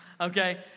Okay